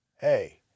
hey